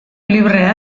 librea